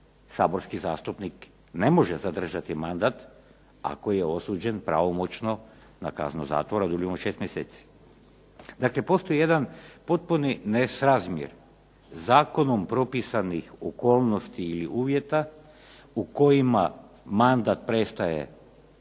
saborski zastupnik ne može zadržati mandat ako je osuđen pravomoćno na kaznu zatvora dulju od 6 mjeseci. Dakle, postoji jedan potpuni nesrazmjer zakonom propisanih okolnosti ili uvjeta u kojima mandat prestaje 1)članu